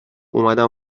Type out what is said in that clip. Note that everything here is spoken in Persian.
اومدم